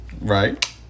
Right